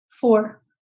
Four